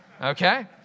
okay